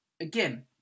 again